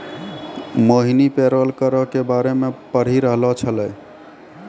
मोहिनी parole करो के बारे मे पढ़ि रहलो छलै